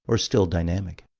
or still dynamic.